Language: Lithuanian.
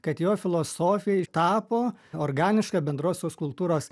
kad jo filosofij tapo organiška bendrosios kultūros